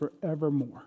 forevermore